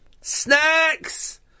Snacks